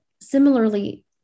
similarly